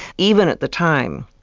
even at the time,